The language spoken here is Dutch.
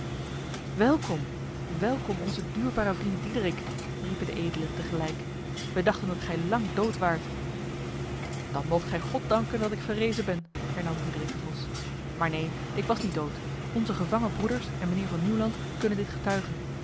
welkom welkom onze duurbare vriend diederik riepen de edelen tegelijk wij dachten dat gij lang dood waart dan moogt gij god danken dat ik verrezen ben hernam diederik de vos maar neen ik was niet dood onze gevangen broeders en mijnheer van nieuwland kunnen dit getuigen